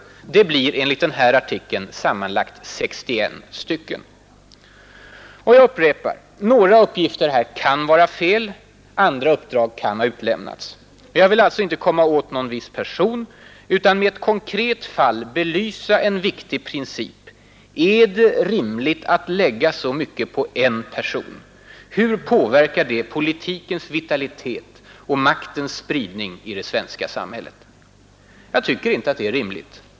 Det blir enligt den här artikeln sammanlagt 61 stycken. Jag upprepar: några uppgifter kan vara fel; andra uppdrag kan ha utelämnats. Jag vill alltså inte komma åt någon viss person utan med ett konkret fall belysa en viktig princip: är det rimligt att lägga så mycket på en enda person? Hur påverkar det politikens vitalitet och maktens spridning i det svenska samhället? Jag tycker inte det är rimligt.